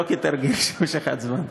ולא כתרגיל של משיכת זמן.